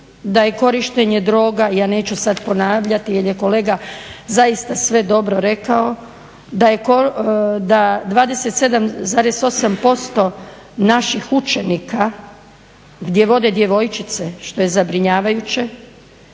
da je korištenje droga, ja neću sada ponavljati jer je kolega zaista sve dobro rekao, da 27,8% naših učenika gdje vode djevojčice, što je zabrinjavajuće,